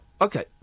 okay